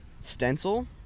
stencil